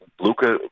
Luca